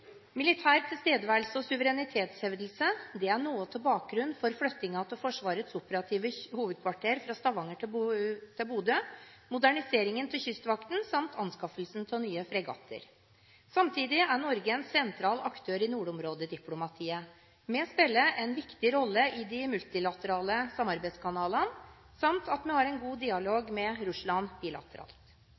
militær tilstedeværelse og suverenitetshevdelse. Det er noe av bakgrunnen for flyttingen av Forsvarets operative hovedkvarter fra Stavanger til Bodø, moderniseringen av Kystvakten samt anskaffelsen av nye fregatter. Samtidig er Norge en sentral aktør i nordområdediplomatiet. Vi spiller en viktig rolle i de multilaterale samarbeidskanalene samt at vi har en god dialog med Russland bilateralt.